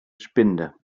spinde